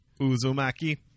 Uzumaki